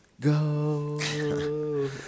go